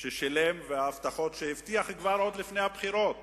ששילם ועל ההבטחות שהבטיח עוד לפני הבחירות